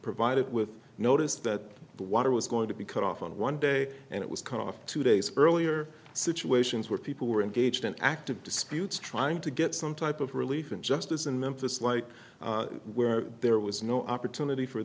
provided with notice that the water was going to be cut off on one day and it was cut off two days earlier situations where people were engaged in active disputes trying to get some type of relief and just as in memphis like where there was no opportunity for